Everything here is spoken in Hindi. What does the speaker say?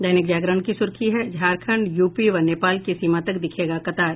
दैनिक जागरण की सुर्खी है झारखंड यूपी व नेपाल की सीमा तक दिखेगा कतार